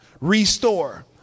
Restore